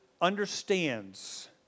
understands